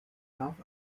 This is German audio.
darf